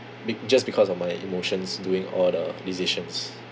be~ just because of my emotions doing all the decisions